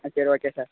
ஆ சரி okay sir